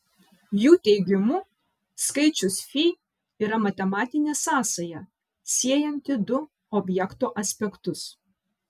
jų teigimu skaičius fi yra matematinė sąsaja siejanti du objekto aspektus